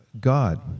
God